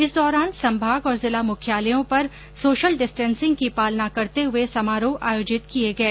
इस दौरान संभाग और जिला मुख्यालयों पर सोशल डिस्टेसिंग की पालना करते हुए समारोह आयोजित किए गए